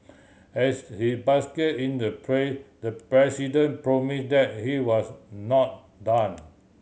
as he basked in the pray the president promise that he was not done